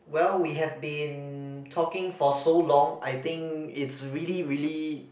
well we have been talking for so long I think it's really really